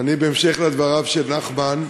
אז אני, בהמשך לדבריו של נחמן,